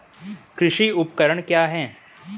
कृषि उपकरण क्या है?